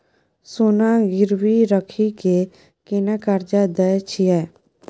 सोना गिरवी रखि के केना कर्जा दै छियै?